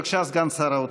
בבקשה, סגן שר האוצר.